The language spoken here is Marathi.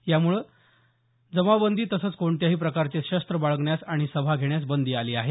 यामुळे जमावबंदी तसंच कोणत्याही प्रकारचे शस्त्र बाळगण्यास आणि सभा घेण्यास बंदी आली आहे